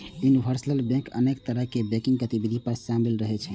universal bank अनेक तरहक banking गतिविधि मे शामिल रहै छै